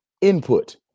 input